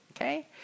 Okay